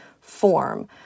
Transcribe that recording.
form